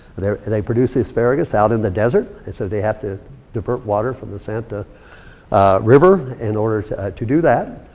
they produce the asparagus out in the desert. and so they have to divert water from the santa river in order to to do that.